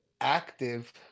active